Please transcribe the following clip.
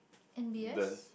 N_B_S